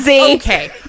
Okay